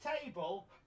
table